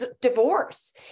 divorce